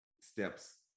steps